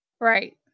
Right